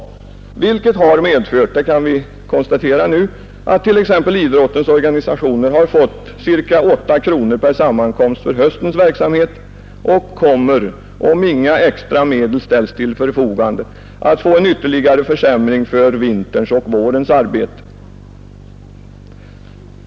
Detta har medfört — det kan vi konstatera nu — att t.ex. idrottens organisationer har fått ca 8 kronor per sammankomst för höstens verksamhet och att de, om inga extra medel ställs till förfogande, kommer att få en ytterligare försämring för vinterns och vårens arbete.